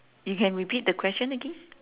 you can repeat the question again